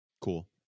cool